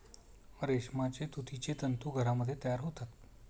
रेशमाचे तुतीचे तंतू घरामध्ये तयार होतात